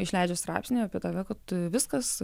išleidžia straipsnį apie tave kad viskas